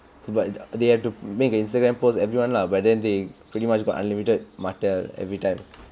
but they have to make an Instagram post everyone lah but then they pretty much got unlimited mattel everytime